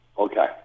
Okay